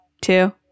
two